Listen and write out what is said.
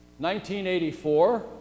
1984